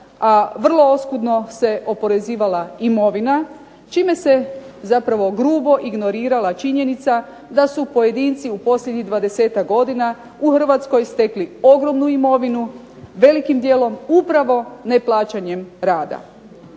a vrlo oskudno se oporezivala imovina, čime se zapravo grubo ignorirala činjenica da su pojedinci u posljednjih 20-ak godina u Hrvatskoj stekli ogromnu imovinu, velikim dijelom upravo neplaćanjem rada.